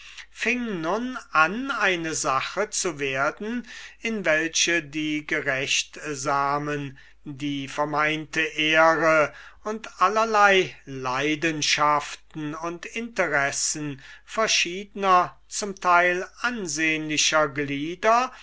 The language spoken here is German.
nun an eine sache zu werden in welche die gerechtsamen das point d'honneur und allerlei leidenschaften und interessen verschiedner zum teil ansehnlicher glieder